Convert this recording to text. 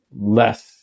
less